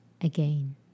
again